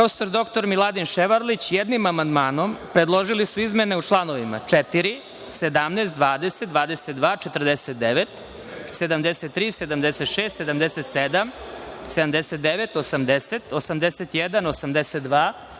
dr Miladin Ševarlić jednim amandmanom predložili su izmene u članovima 4, 17, 20, 22, 49, 73, 76, 77, 79, 80, 81, 82,